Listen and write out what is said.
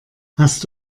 hast